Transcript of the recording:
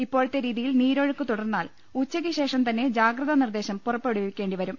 ഇപ്പോഴത്തെ രീതിയിൽ നീരൊഴുക്ക് തുടർന്നാൽ ഉച്ചയ്ക്ക്ശേഷം തന്നെ ജാഗ്രതാനിർദേശം പുറപ്പെ ടുവിക്കേണ്ടി വരും